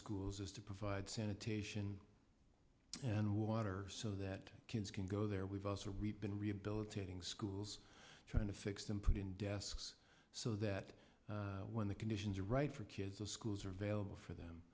schools is to provide sanitation and water so that kids can go there we've been rehabilitating schools trying to fix them put in desks so that when the conditions are right for kids the schools are available for them